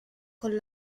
con